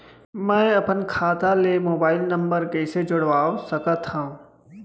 मैं अपन खाता ले मोबाइल नम्बर कइसे जोड़वा सकत हव?